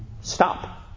stop